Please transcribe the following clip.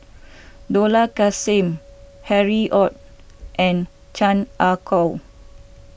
Dollah Kassim Harry Ord and Chan Ah Kow